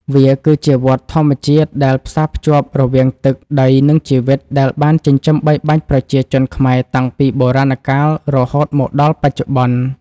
វាគឺជាវដ្តធម្មជាតិដែលផ្សារភ្ជាប់រវាងទឹក ដី និងជីវិត ដែលបានចិញ្ចឹមបីបាច់ប្រជាជនខ្មែរតាំងពីបុរាណកាលរហូតមកដល់បច្ចុប្បន្ន។